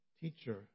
teacher